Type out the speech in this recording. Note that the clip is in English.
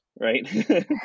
right